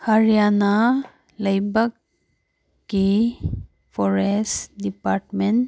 ꯍꯥꯔꯤꯌꯥꯅꯥ ꯂꯩꯕꯥꯛꯀꯤ forest department